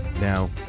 Now